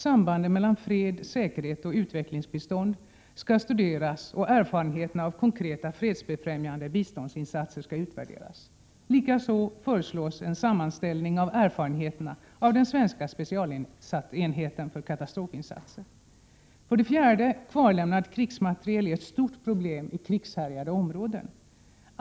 Sambanden mellan fred, säkerhet och utvecklingsbistånd skall studeras och erfarenheterna av konkreta fredsbefrämjande biståndsinsatser utvärderas. Likaså föreslås en sammanställning av erfarenheterna av den svenska specialenheten för katastrofinsatser. 4. Kvarlämnad krigsmateriel är ett stort problem i krigshärjade områden.